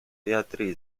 teatri